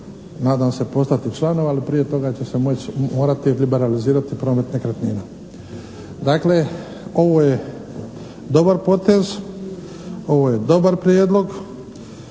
nadam se postati član, ali prije toga će se morati liberalizirati promet nekretnina. Dakle ovo je dobar potez, ovo je dobar prijedlog